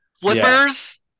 Flippers